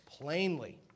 plainly